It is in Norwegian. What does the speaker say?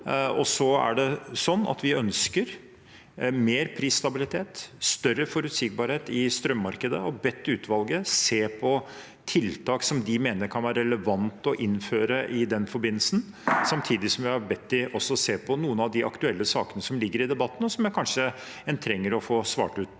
Så ønsker vi mer prisstabilitet og større forutsigbarhet i strømmarkedet og har bedt utvalget se på tiltak som de mener kan være relevant å innføre i den forbindelse. Samtidig har vi bedt dem om å se på noen av de aktuelle sakene som ligger i debatten, og som en kanskje trenger å få svart ut